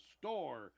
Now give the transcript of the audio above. store